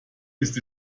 ist